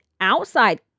outside